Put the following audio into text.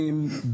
נציגים נוספים.